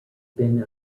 been